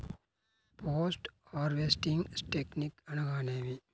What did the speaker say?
Post harvesting technique అనగా నేమి?